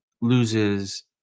loses